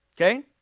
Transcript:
Okay